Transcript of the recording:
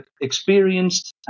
experienced